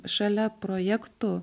šalia projektų